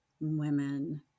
women